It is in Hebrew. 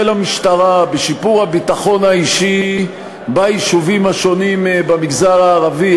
המשטרה לשיפור הביטחון האישי ביישובים השונים במגזר הערבי,